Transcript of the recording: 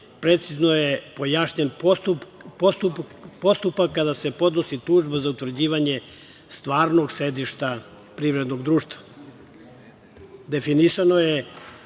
precizno je pojašnjen postupak kada se podnosi tužba za utvrđivanje stvarnog sedišta privrednog društva. Definisano je